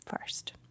first